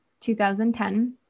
2010